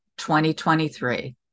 2023